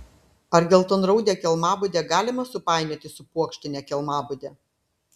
ar geltonraudę kelmabudę galima supainioti su puokštine kelmabude